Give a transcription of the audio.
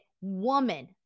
woman